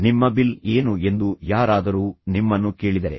ನಿಮ್ಮ ಬಿಲ್ ಏನು ಎಂದು ಯಾರಾದರೂ ನಿಮ್ಮನ್ನು ಕೇಳಿದರೆ